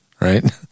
right